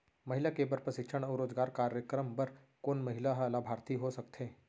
महिला के बर प्रशिक्षण अऊ रोजगार कार्यक्रम बर कोन महिला ह लाभार्थी हो सकथे?